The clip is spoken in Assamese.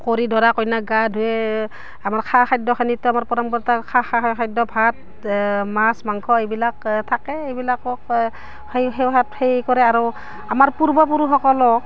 কৰি দৰা কইনাক গা ধুৱে আমাৰ খা খাদ্যখিনিত আমাৰ পৰম্পৰাত খাদ্য ভাত মাছ মাংস এইবিলাক থাকে এইবিলাকক সেই সেই সেই সেই কৰে আৰু আমাৰ পূৰ্ব পুৰুষসকলক